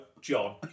John